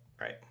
Right